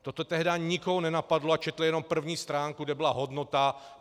To tenkrát nikoho nenapadlo a četl jenom první stránku, kde byla hodnota?